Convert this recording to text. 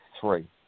three